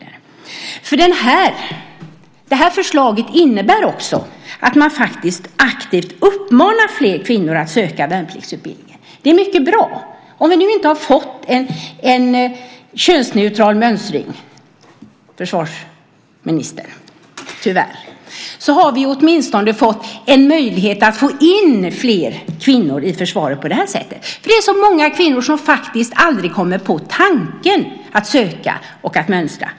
Detta förslag innebär nämligen också att man faktiskt aktivt uppmanar fler kvinnor att söka värnpliktsutbildning. Det är mycket bra. Om vi nu inte har fått en könsneutral mönstring, försvarsministern, har vi åtminstone fått en möjlighet att få in fler kvinnor i försvaret på detta sätt. Det är så många kvinnor som faktiskt aldrig kommer på tanken att söka och att mönstra.